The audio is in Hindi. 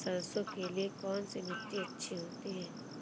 सरसो के लिए कौन सी मिट्टी अच्छी होती है?